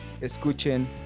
escuchen